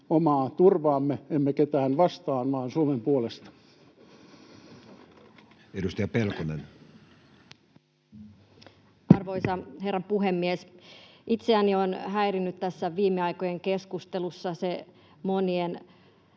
omaa turvaamme, emme ketään vastaan vaan Suomen puolesta. Edustaja Pelkonen. Arvoisa herra puhemies! Itseäni on häirinnyt tässä viime aikojen keskustelussa se monien